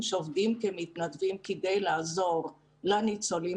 שעובדים כמתנדבים כדי לעזור לניצולים